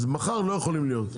אז מחר לא יכולים להיות.